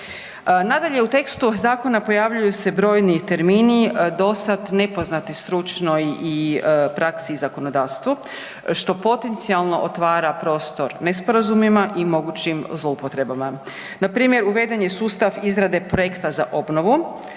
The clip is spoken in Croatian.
Nadalje, u tekstu zakona pojavljuju se brojni termini dosad nepoznati stručnoj praksi i zakonodavstvu što potencijalno otvara prostor nesporazumima i mogućim zloupotrebama. Npr. uveden je sustav izrade projekta za obnovom,